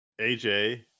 AJ